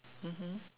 mmhmm